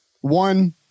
one